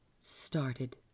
started